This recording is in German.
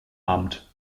amt